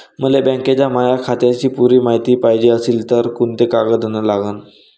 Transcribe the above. मले बँकेच्या माया खात्याची पुरी मायती पायजे अशील तर कुंते कागद अन लागन?